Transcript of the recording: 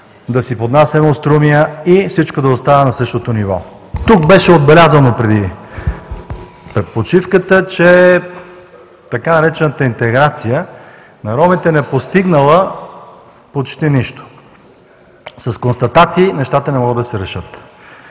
да си поднасяме остроумия и всичко да остава на същото ниво. Тук беше отбелязано преди почивката, че така наречената „интеграция на ромите“ не постигнала почти нищо. С констатации нещата не могат да се решат.